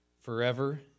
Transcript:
forever